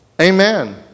Amen